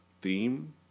theme